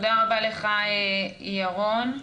תודה רבה לך, ירון.